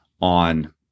on